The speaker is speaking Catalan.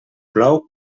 plou